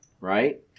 right